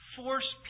force